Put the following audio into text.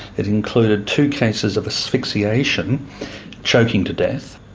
it included two cases of asphyxiation choking to death.